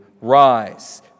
rise